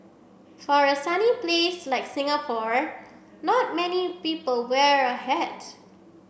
for a sunny place like Singapore not many people wear a hat